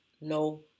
no